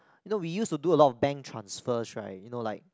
you know we used to do a lot of bank transfers right you know like